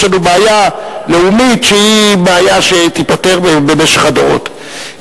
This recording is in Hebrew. יש לנו בעיה לאומית שהיא בעיה שתיפתר במשך הדורות,